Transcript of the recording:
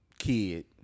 kid